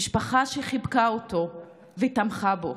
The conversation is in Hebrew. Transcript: משפחה שחיבקה אותו ותמכה בו.